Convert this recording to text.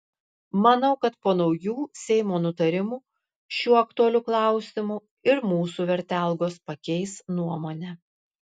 manau kad po naujų seimo nutarimų šiuo aktualiu klausimu ir mūsų vertelgos pakeis nuomonę